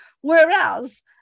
Whereas